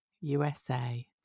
USA